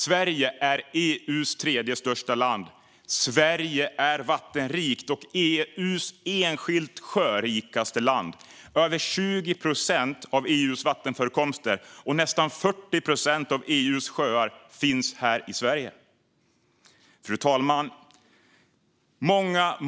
Sverige är EU:s tredje största land. Sverige är vattenrikt och EU:s enskilt sjörikaste land - över 20 procent av EU:s vattenförekomster och nästan 40 procent av EU:s sjöar finns här i Sverige. Fru talman!